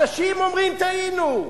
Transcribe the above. אנשים אומרים: טעינו.